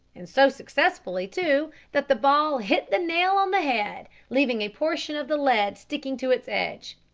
and so successfully, too, that the ball hit the nail on the head, leaving a portion of the lead sticking to its edge.